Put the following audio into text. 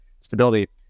stability